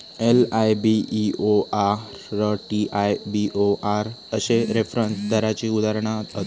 LIBOR, TIBOR अश्ये reference दराची उदाहरणा हत